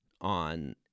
on